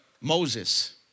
Moses